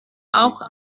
auch